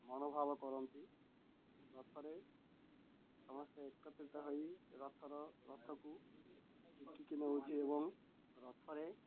ମନୋଭାବ କରନ୍ତି ରଥରେ ସମସ୍ତେ ଏକତ୍ରିତ ହୋଇ ରଥର ରଥକୁ ଝିକିକି ନେଉଛି ଏବଂ ରଥରେ